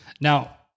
Now